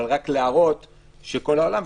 אבל רק להראות שבכל העולם,